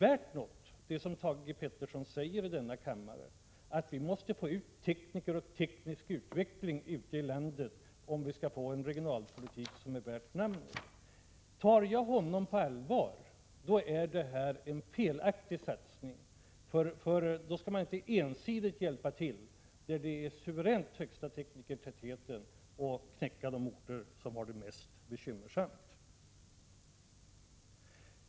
Är det som Thage Peterson säger i denna kammare värt något, att vi måste få ut tekniker och teknisk utveckling i landet om vi skall få en regionalpolitik som är värd namnet? Om jag tar honom på allvar måste jag säga att detta är en felaktig satsning. I så fall skall man inte ensidigt hjälpa till där den suveränt högsta tekniktätheten finns och knäcka de orter som har det mest bekymmersamt.